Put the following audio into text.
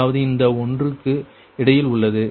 அதாவது இந்த ஒன்றுக்கு இடையில் உள்ளது